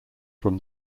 from